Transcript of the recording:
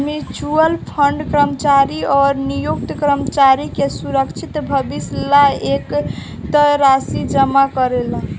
mutual fund कर्मचारी अउरी नियोक्ता कर्मचारी के सुरक्षित भविष्य ला एक तय राशि जमा करेला